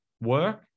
work